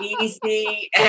easy